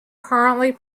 currently